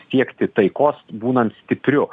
siekti taikos būnant stipriu